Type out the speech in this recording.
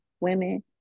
women